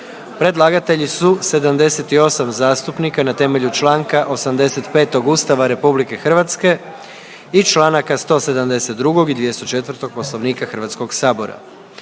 Predlagatelji su 78 zastupnika na temelju Članka 85. Ustava RH i Članaka 172. i 204. Poslovnika Hrvatskog sabora.